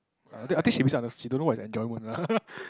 I I think she misunder~ she don't know what is enjoyment haha